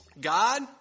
God